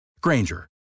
Granger